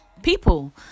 people